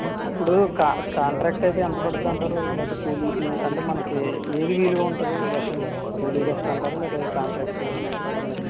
ఇప్పుడు కా కాంట్రాక్ట్ అయితే ఎంత పడుతుంది అంటారు లేకపోతే కూలికి అంటే మనకి ఏది వీలుగా ఉంటుంది బెటరండి కూలీ బెస్ట్ అంటారా లేకపోతే కాంట్రాక్ట్ ఇవ్వడం బెస్ట్